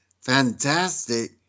fantastic